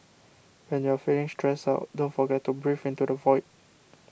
when you are feeling stressed out don't forget to breathe into the void